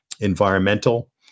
environmental